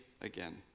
again